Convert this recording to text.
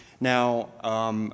Now